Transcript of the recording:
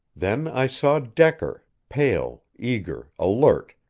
then i saw decker, pale, eager, alert,